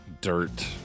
dirt